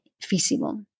feasible